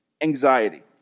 anxiety